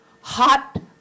Hot